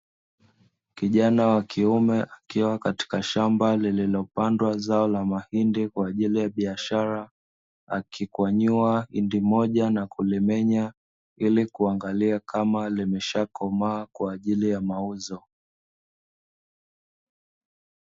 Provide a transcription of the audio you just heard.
Kijana wa kiume akiwa katika shamba lililopandwa zao la mahindi kwa ajili ya biashara, akikwanyua hindi moja na kulimenya ili kuangalia kama limeshakoma kwa ajili ya mauzo.